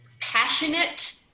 passionate